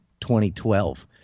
2012